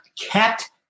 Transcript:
kept